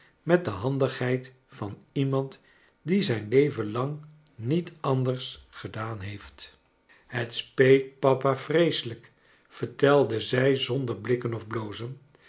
met de handigheid van iemand die zijn leven lang niet anders gedaan heeft het speet papa vreeselijk vertelde zij zonder blikken of blozen